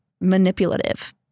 manipulative